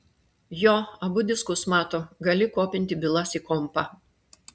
jo abu diskus mato gali kopinti bylas į kompą